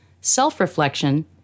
self-reflection